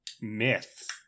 myth